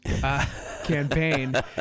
campaign